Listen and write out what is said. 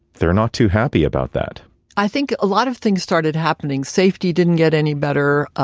they're not too happy about that i think a lot of things started happening, safety didn't get any better,